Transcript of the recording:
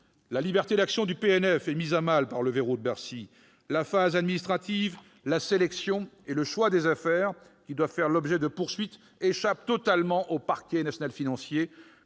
La liberté d'action du PNF est mise à mal par le « verrou de Bercy ». La phase administrative, la sélection et le choix des affaires qui doivent faire l'objet de poursuites échappent totalement au Parquet national financier,